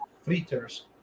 Fritters